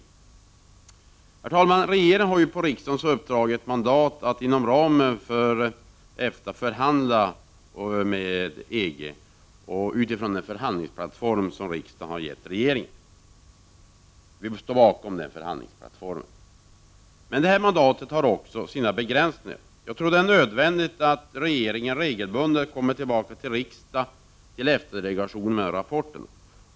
Herr talman! Regeringen har på riksdagens uppdrag ett mandat att inom ramen för EFTA förhandla med EG utifrån den förhandlingsplattform som riksdagen har presenterat för regeringen. Vi står bakom den plattformen. Men det här mandatet har också sina begränsningar. Jag tror att det är nödvändigt att regeringen regelbundet kommer tillbaka till riksdagen, till EFTA-delegationen, med rapporter.